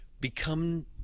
become